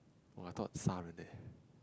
!wah! I thought 杀人: sha ren leh